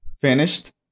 finished